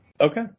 Okay